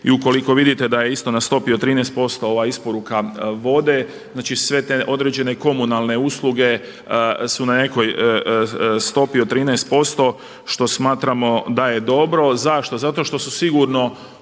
i ukoliko vidite da je isto na stopi od 13% ova isporuka vode, znači sve te određene komunalne usluge su na nekoj stopi od 13% što smatramo da je dobro. Zašto? Zato što su sigurno